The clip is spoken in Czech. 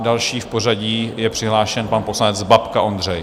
Další v pořadí je přihlášen pan poslanec Babka Ondřej...